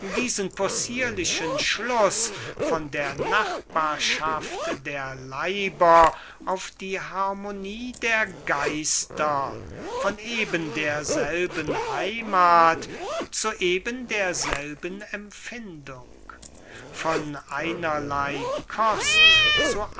diesen possierlichen schluß von der nachbarschaft der leiber auf die harmonie der geister von eben derselben heimath zu eben derselben empfindung von einerley kost zu